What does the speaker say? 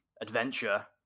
adventure